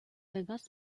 وگاس